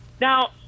Now